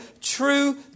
True